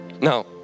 Now